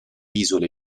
isole